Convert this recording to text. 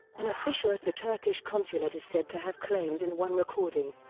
an official at the turkish consulate is said to have claimed in one recording,